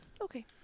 Okay